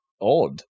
odd